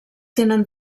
tenen